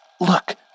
Look